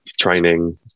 training